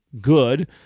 good